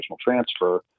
transfer